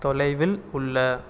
தொலைவில் உள்ள